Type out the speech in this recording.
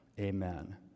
Amen